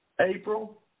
April